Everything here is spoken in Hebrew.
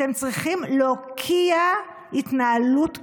אתם צריכים להוקיע התנהלות כזו.